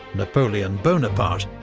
napoleon bonaparte,